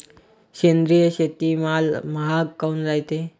सेंद्रिय शेतीमाल महाग काऊन रायते?